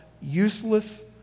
useless